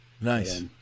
Nice